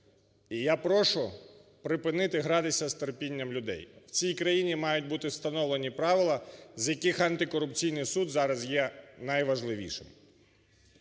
І я прошу припинити гратися з терпінням людей. В цій країні мають бути встановлені правила, з яких Антикорупційний суд зараз є найважливішим.